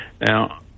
Now